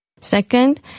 Second